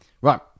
right